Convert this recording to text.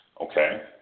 Okay